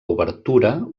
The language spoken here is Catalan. obertura